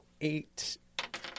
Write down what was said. Eight